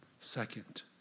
Second